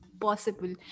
Possible